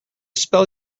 spell